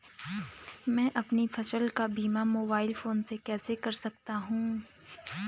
मैं अपनी फसल का बीमा मोबाइल फोन से कैसे कर सकता हूँ?